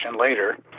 later